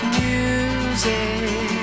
music